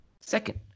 Second